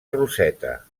roseta